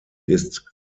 ist